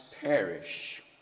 perish